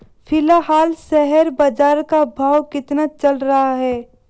फिलहाल शेयर बाजार का भाव कितना चल रहा है?